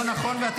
תודה.